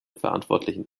verantwortlichen